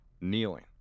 kneeling